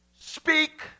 speak